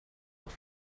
auch